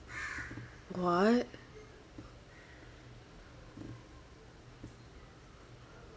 what